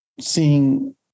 seeing